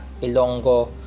Ilongo